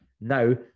now